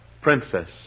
princess